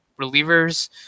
relievers